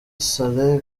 saleh